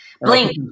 Blink